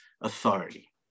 authority